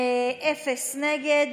אפס נגד.